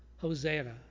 Hosanna